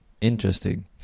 interesting